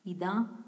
ida